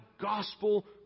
gospel